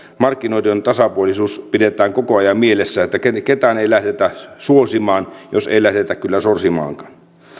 markkinoiden tasapuolisuus pidetään koko ajan mielessä että ketään ei lähdetä suosimaan jos ei lähdetä kyllä sorsimaankaan